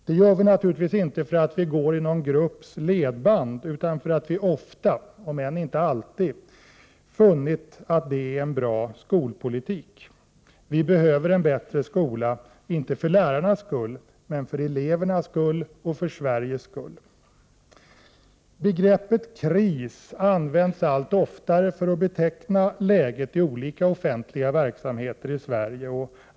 Det gör vi naturligtvis inte för att vi går i någon grupps ledband utan för att vi ofta, om än inte alltid, funnit att det är en bra skolpolitik. Vi behöver en bättre skola, inte för lärarnas skull utan för elevernas skull och för Sveriges skull. Begreppet kris används allt oftare för att beteckna läget i olika offentliga verksamheter i Sverige.